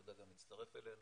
יהודה גם הצטרף אלינו,